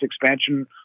expansion